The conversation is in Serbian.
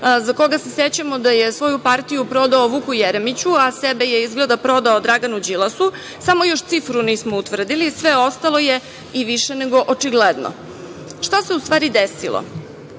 za koga se sećamo da je svoju partiju prodao Vuku Jeremiću, a sebe je izgleda prodao Draganu Đilasu, samo još cifru nismo utvrdili, sve ostalo je i više nego očigledno. Šta se u stvari desilo?